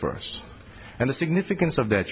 first and the significance of that